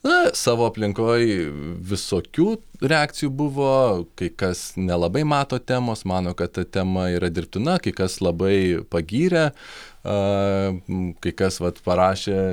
na savo aplinkoj visokių reakcijų buvo kai kas nelabai mato temos mano kad ta tema yra dirbtina kai kas labai pagyrė aa kai kas vat parašė